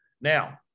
Now